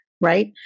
Right